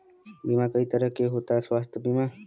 बीमा कई तरह के होता स्वास्थ्य बीमा?